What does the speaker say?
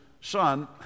son